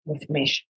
information